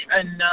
enough